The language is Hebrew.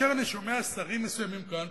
כאשר אני שומע שרים מסוימים כאן,